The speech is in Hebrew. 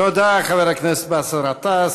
תודה, חבר הכנסת באסל גטאס.